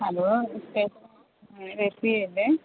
hello ഇതെസ് ഇത് S B I അല്ലേ